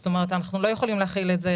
זאת אומרת, אנחנו לא יכולים להחיל את זה